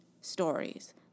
stories